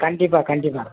கண்டிப்பாக கண்டிப்பாக